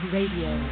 Radio